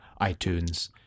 iTunes